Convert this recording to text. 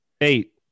Eight